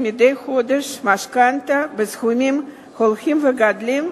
מדי חודש משכנתה בסכומים הולכים וגדלים,